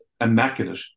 immaculate